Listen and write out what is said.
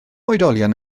oedolion